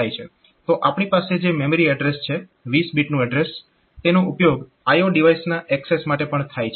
તો આપણી પાસે જે મેમરી એડ્રેસ છે 20 બીટનું એડ્રેસ તેનો ઉપયોગ IO ડિવાઇસના એક્સેસ માટે પણ થાય છે